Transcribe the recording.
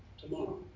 tomorrow